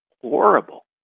horrible